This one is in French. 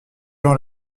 jean